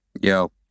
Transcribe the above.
Yo